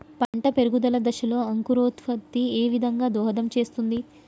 పంట పెరుగుదల దశలో అంకురోత్ఫత్తి ఏ విధంగా దోహదం చేస్తుంది?